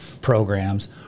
programs